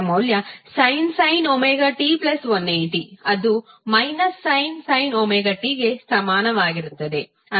ಅದರ ಮೌಲ್ಯ sin ωt180 ಅದು sin ωt ಗೆ ಸಮಾನವಾಗಿರುತ್ತದೆ